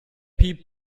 piep